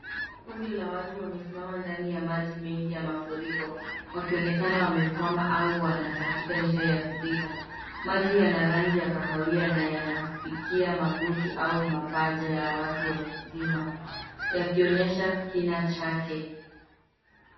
Kundi la watu wamesimama ndani ya maji mengi ya mafuriko wakionekana wamekwama au wanatafuta njia ya kupita. Maji yana rangi ya kahawia na yanafikia magoti au mapaja ya watu wazima yakionesha kina chake.